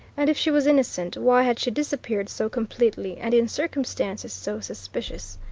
and if she was innocent, why had she disappeared so completely and in circumstances so suspicious?